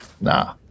nah